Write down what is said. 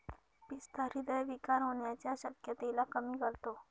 पिस्ता हृदय विकार होण्याच्या शक्यतेला कमी करतो